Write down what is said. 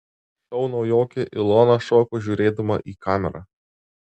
šou naujokė ilona šoko žiūrėdama į kamerą